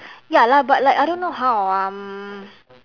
ya lah but like I don't know how um